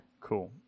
Cool